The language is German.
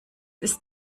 ist